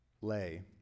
lay